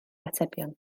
atebion